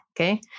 okay